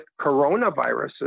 coronaviruses